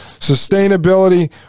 Sustainability